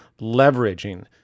leveraging